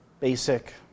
basic